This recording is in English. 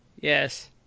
Yes